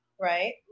right